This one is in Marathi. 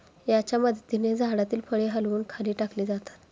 याच्या मदतीने झाडातील फळे हलवून खाली टाकली जातात